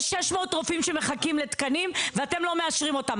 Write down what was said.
יש 600 רופאים שמחכים לתקנים ואתם לא מאשרים אותם.